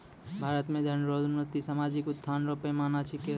भारत मे धन रो उन्नति सामाजिक उत्थान रो पैमाना छिकै